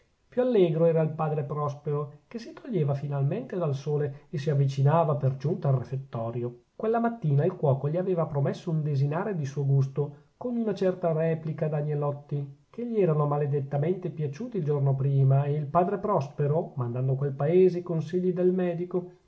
più allegro era il padre prospero che si toglieva finalmente dal sole e si avvicinava per giunta al refettorio quella mattina il cuoco gli aveva promesso un desinare di suo gusto con una certa replica d'agnellotti che gli erano maledettamente piaciuti il giorno prima e il padre prospero mandando a quel paese i consigli del medico